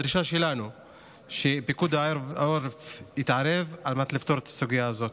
הדרישה שלנו היא שפיקוד העורף יתערב על מנת לפתור את הסוגיה הזאת.